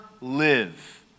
live